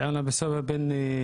י': איומים ברצח,